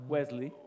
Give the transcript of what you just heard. Wesley